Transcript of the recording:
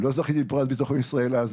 לא זכיתי בפרס ביטחון ישראל אז.